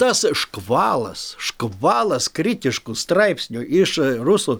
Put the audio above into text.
tas škvalas škvalas kritiškų straipsnių iš rusų